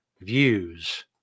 views